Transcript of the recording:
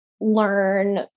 learn